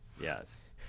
Yes